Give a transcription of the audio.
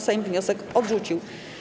Sejm wniosek odrzucił.